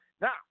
Now